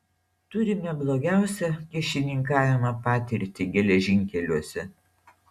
turime blogiausią kyšininkavimo patirtį geležinkeliuose